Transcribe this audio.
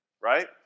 right